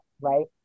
Right